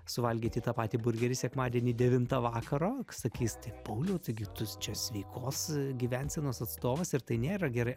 suvalgyti tą patį burgerį sekmadienį devintą vakaro sakys tai pauliau taigi tu čia sveikos gyvensenos atstovas ir tai nėra gerai